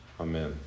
Amen